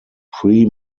pre